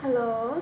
hello